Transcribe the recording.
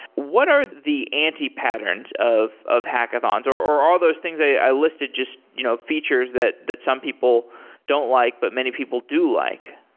what are the anti-patterns of of hackathons, or are all those things i listed just you know features that that some people don't like, but many people do like?